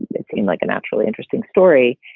it seemed like a naturally interesting story.